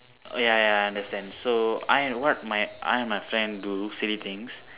ya ya ya I understand so I and what my I and my friend do silly things